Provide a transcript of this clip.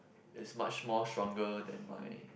is much more stronger than my